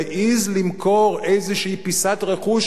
מעז למכור איזו פיסת רכוש